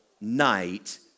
night